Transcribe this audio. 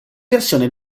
versione